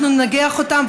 אנחנו ננגח אותן,